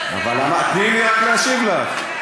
תני רק להשיב לך.